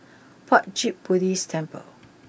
Puat Jit Buddhist Temple